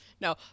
No